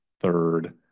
third